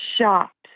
Shocked